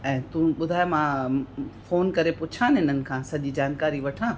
ऐं तूं ॿुधाए मां फ़ोन करे पुछांनि इन्हनि खां सॼी जानकारी वठां